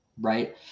Right